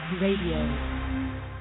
Radio